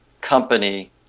company